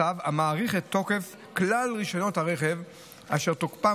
צו המאריך את תוקף כלל רישיונות הרכב אשר תוקפם